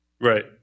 right